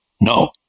No